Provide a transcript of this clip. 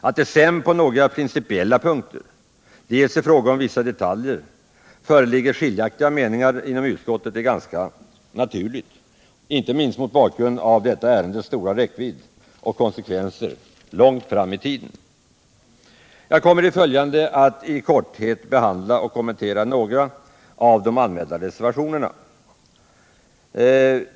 Att det sedan på några väsentliga punkter och i fråga om vissa detaljer föreligger skiljaktiga meningar inom utskottet är ganska naturligt, inte minst mot bakgrund av detta ärendes stora räckvidd och konsekvenser långt fram i tiden. Jag kommer i det följande att i korthet behandla och kommentera några av de anmälda reservationerna.